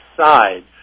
side